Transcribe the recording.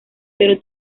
pero